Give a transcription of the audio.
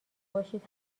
باشید